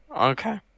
Okay